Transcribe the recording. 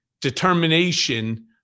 determination